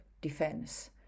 defense